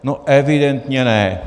No evidentně ne.